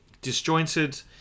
disjointed